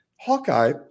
Hawkeye